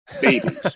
babies